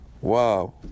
Wow